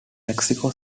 mexico